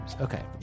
Okay